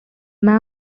main